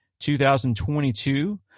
2022